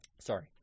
Sorry